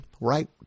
right